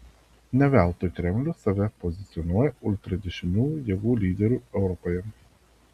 ne veltui kremlius save pozicionuoja ultradešiniųjų jėgų lyderiu europoje